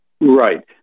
Right